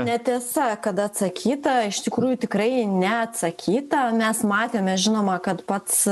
netiesa kad atsakyta iš tikrųjų tikrai neatsakyta mes matėme žinoma kad pats